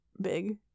big